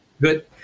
good